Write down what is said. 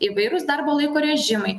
įvairūs darbo laiko režimai